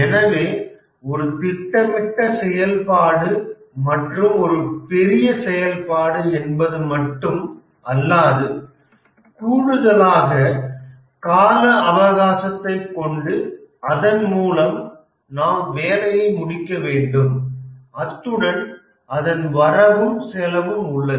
எனவே ஒரு திட்டமிட்ட செயல்பாடு மற்றும் ஒரு பெரிய செயல்பாடு என்பது மட்டும் அல்லாது கூடுதலாக கால அவகாசத்தை கொண்டு அதன் மூலம் நாம் வேலையை முடிக்க வேண்டும் அத்துடன் அதன் வரவும் செலவும் உள்ளது